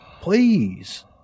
Please